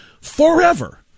forever